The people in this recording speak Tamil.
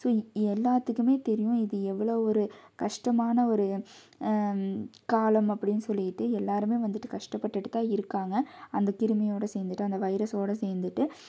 ஸோ எல்லாத்துக்குமே தெரியும் இது எவ்வளோ ஒரு கஷ்டமான ஒரு காலம் அப்படினு சொல்லிட்டு எல்லாருமே வந்துட்டு கஷ்டப்பட்டுட்டு தான் இருக்காங்க அந்த கிருமியோட சேர்ந்துட்டு அந்த வைரஸோட சேர்ந்துட்டு